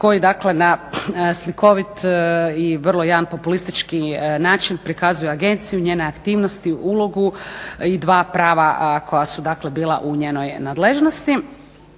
koji, dakle na slikovit i vrlo jedan populistički način prikazuje Agenciju, njene aktivnosti, ulogu i dva prava koja su, dakle bila u njenoj nadležnosti.